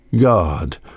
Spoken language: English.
God